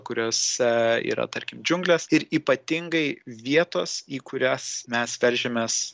kuriose yra tarkim džiunglės ir ypatingai vietos į kurias mes veržiamės